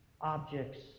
objects